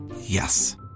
Yes